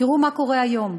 תראו מה קורה היום,